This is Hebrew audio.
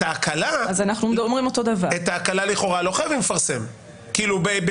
את ההקלה לכאורה לא חייבים לפרסם בצו.